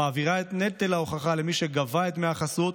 המעבירה את נטל ההוכחה למי שגובה את דמי החסות,